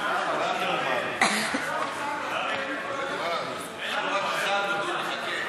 אינה נוכחת,